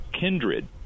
kindred